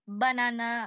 banana